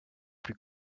plus